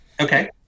okay